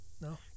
No